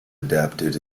adapted